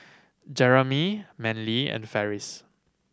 Jeremy Manly and Farris